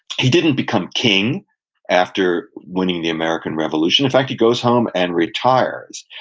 he didn't become king after winning the american revolution in fact, he goes home and retires.